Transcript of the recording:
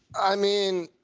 i mean,